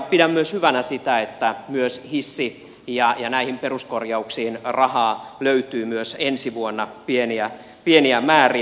pidän myös hyvänä sitä että myös hissi ja näihin peruskorjauksiin rahaa löytyy myös ensi vuonna pieniä määriä